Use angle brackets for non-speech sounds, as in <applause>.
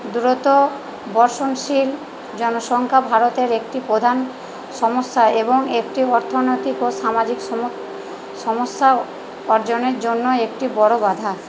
দ্রুত বর্ষণশীল জনসংখ্যা ভারতের একটি প্রধান সমস্যা এবং একটি অর্থনৈতিক ও সামাজিক <unintelligible> সমস্যা অর্জনের জন্য একটি বড়ো বাধা